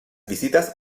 visitas